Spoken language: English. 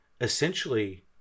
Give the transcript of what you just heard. essentially